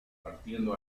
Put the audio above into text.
partiendo